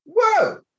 Whoa